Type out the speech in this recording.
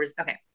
okay